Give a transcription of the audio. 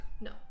No